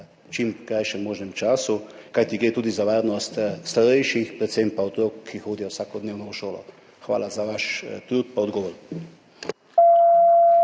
čim krajšem možnem času. Kajti gre tudi za varnost starejših, predvsem pa otrok, ki hodijo vsakodnevno v šolo. Hvala za vaš trud pa odgovor.